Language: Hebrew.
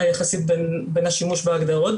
היחסית בין השימוש בהגדרות ,